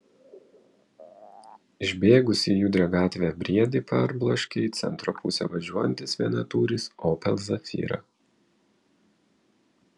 išbėgusį į judrią gatvę briedį parbloškė į centro pusę važiuojantis vienatūris opel zafira